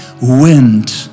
wind